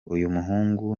uyumuhungu